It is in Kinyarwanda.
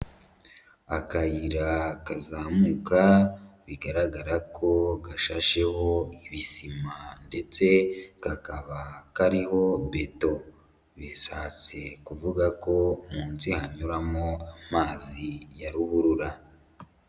Akayira kazamuka bigaragara ko gashasheho ibisima ndetse kakaba kariho beto, bishatse kuvuga ko umunsi, hanyuramo amazi ya ruhurura.